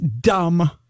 dumb